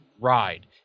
ride